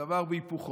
דבר והיפוכו,